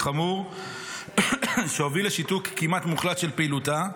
חמור שהוביל לשיתוק כמעט מוחלט של פעילותה.